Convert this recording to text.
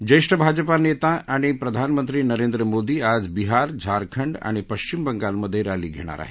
ज्येष्ठ भाजपा नेता आणि प्रधानमंत्री नरेंद्र मोदी आज बिहार झारखंड आणि पश्चिम बंगालमधे रॅली घेणार आहेत